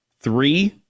three